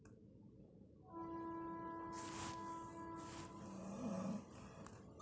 मूंग की किस्म कैसे तैयार करें?